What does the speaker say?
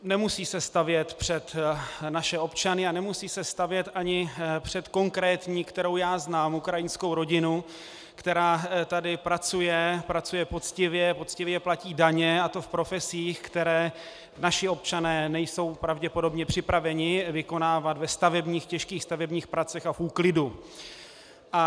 Nemusí se stavět před naše občany a nemusí se stavět ani před konkrétní, kterou já znám, ukrajinskou rodinu, která tady pracuje, pracuje poctivě, poctivě platí daně, a to v profesích, které naši občané nejsou pravděpodobně připraveni vykonávat v těžkých stavebních pracích a v úklidu.